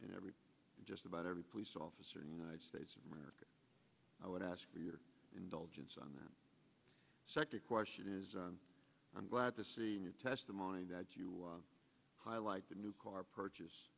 and every just about every police officer in the united states of america i would ask for your indulgence on that second question is i'm glad to see your testimony that you highlight the new car purchase